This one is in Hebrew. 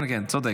כן, כן, צודק.